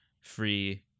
free